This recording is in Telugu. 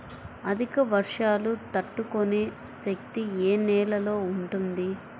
అధిక వర్షాలు తట్టుకునే శక్తి ఏ నేలలో ఉంటుంది?